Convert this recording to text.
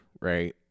right